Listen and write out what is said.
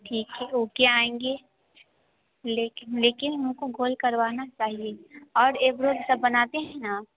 ठीक है ओके आएंगे लेकिन लेकिन हम को गोल करवाना चाहिए और एब्रो भी सब बनाते हैं ना